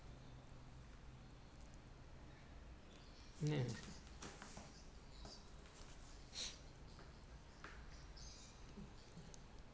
nah